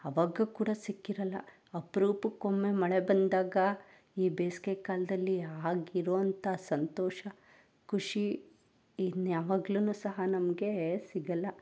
ಆವಾಗ ಕೂಡ ಸಿಕ್ಕಿರಲ್ಲ ಅಪರೂಪಕ್ಕೊಮ್ಮೆ ಮಳೆ ಬಂದಾಗ ಈ ಬೇಸಿಗೆಕಾಲದಲ್ಲಿ ಆಗಿರುವಂಥ ಸಂತೋಷ ಖುಷಿ ಇನ್ನು ಯಾವಾಗ್ಲು ಸಹ ನಮ್ಗೆ ಸಿಗೊಲ್ಲ